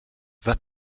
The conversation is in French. vas